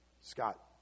Scott